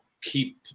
keep